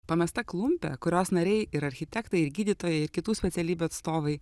pamesta klumpė kurios nariai ir architektai ir gydytojai ir kitų specialybių atstovai